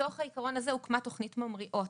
ומתוך העיקרון הזה הוקמה תוכנית "ממריאות".